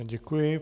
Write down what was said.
Děkuji.